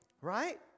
Right